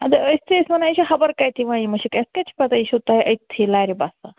اَدٕ أسۍ تہِ ٲسۍ وَنان یہِ چھِ خَبر کَتہِ یِوان یہِ مُشک اَسہِ کتہِ چھِ پَتہ یہِ چھو تۄہہِ أتۍتھٕے لَرِ بَسان